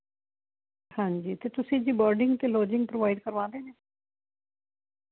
ਹਾਂਜੀ ਤੇ ਤੁਸੀਂ ਬੋਰਡਿੰਗ ਤੇ ਲੋਜਿੰਗ ਪ੍ਰੋਵਾਈਡ ਕਰਵਾ ਰਹੇ ਨੇ